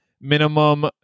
minimum